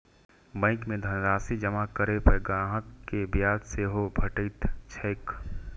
bank मे धनराशि जमा करै पर ग्राहक कें ब्याज सेहो भेटैत छैक